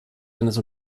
eines